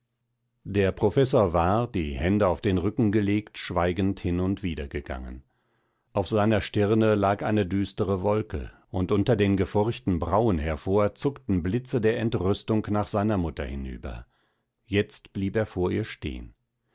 der professor war die hände auf den rücken gelegt schweigend hin und wieder gegangen auf seiner stirne lag eine düstere wolke und unter den gefurchten brauen hervor zuckten blitze der entrüstung nach seiner mutter hinüber jetzt blieb er vor ihr stehen